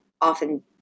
often